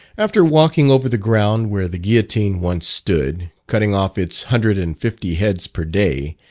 after walking over the ground where the guillotine once stood, cutting off its hundred and fifty heads per day,